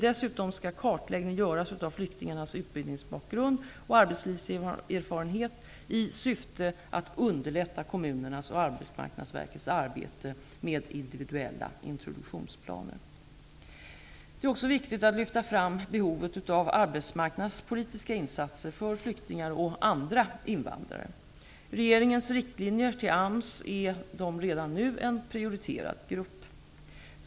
Dessutom skall kartläggning göras av flyktingarnas utbildningsbakgrund och arbetslivserfarenhet i syfte att underlätta kommunernas och Det är också viktigt att lyfta fram behovet av arbetsmarknadspolitiska insatser för flyktingar och andra invandrare. I regeringens riktlinjer till AMS är de redan nu en prioriterad grupp.